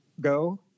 go